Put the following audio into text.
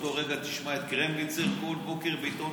באותו רגע תשמע את קרמניצר כל בוקר בעיתון